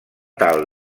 tal